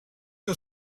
del